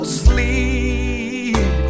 sleep